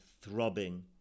throbbing